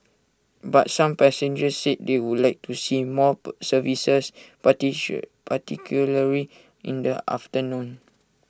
but some passengers said they would like to see more services particularly in the afternoon